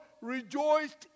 rejoiced